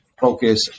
focus